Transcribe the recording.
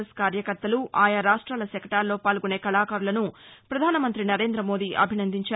yes కార్యకర్తలు ఆయా రాష్ట్రాల శకటాల్లో పాల్గొనే కళాకారులను పధాన మంతి నరేంద మోదీ అభినందించారు